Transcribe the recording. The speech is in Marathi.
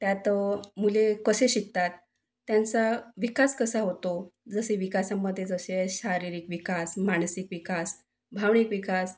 त्यात मुले कसे शिकतात त्यांचा विकास कसा होतो जसे विकासामध्ये जसे शारीरिक विकास मानसिक विकास भावनिक विकास